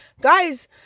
guys